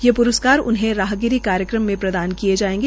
ये प्रस्कार उन्हे राहगिरी कार्यक्रम प्रदान किए जायेंगे